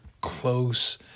close